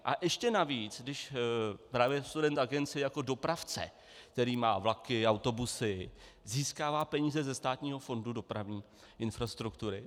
A ještě navíc, když právě Student Agency jako dopravce, který má vlaky, autobusy získává peníze ze Státního fondu dopravní infrastruktury.